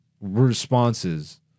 responses